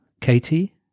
Katie